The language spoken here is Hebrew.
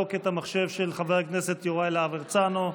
לבדוק את המחשב של חבר הכנסת יוראי להב הרצנו.